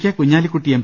K Kunhalikutty M